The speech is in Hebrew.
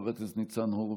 חבר הכנסת ניצן הורוביץ,